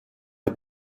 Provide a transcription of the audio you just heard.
der